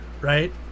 right